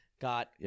got